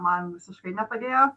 man visiškai nepadėjo